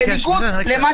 תצביע.